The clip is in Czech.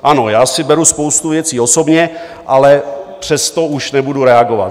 Ano, já si beru spoustu věcí osobně, ale přesto už nebudu reagovat.